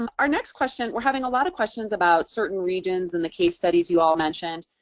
um our next question we're having a lot of questions about certain regions and the case studies you all mentioned.